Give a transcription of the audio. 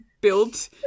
built